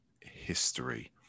history